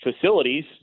facilities